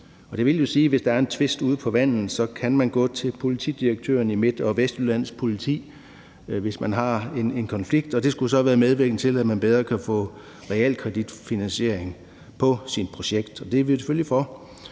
Det vil sige, at hvis der er en tvist ude på vandet, kan man gå til politidirektøren i Midt- og Vestjyllands Politi, hvis man har en konflikt, og det skulle så være medvirkende til, at man bedre kan få realkreditfinansiering på sit projekt, og det er vi selvfølgelig for.